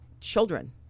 children